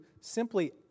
simply